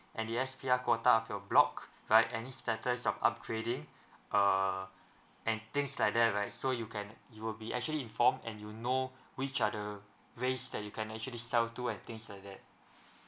and the S_P_R quota of the block right any status of upgrading err and things like that right so you can you'll be actually informed and you know which are the ways that you can actually sell to and things like that